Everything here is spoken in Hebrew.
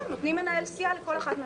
כן, נותנים מנהל סיעה לכל אחת מהסיעות.